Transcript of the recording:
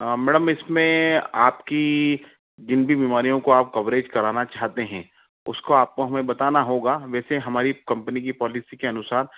madam इसमें आप की जिन भी बीमारियों को आप कवरेज कराना चाहते हैं उसको आपको हमें बताना होगा वैसे हमारी कंपनी की पॉलिसी के अनुसार